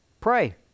pray